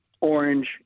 orange